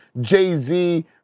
Jay-Z